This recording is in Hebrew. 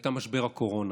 הייתה משבר הקורונה,